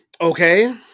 Okay